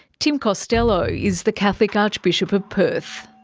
tim costelloe is the catholic archbishop of perth.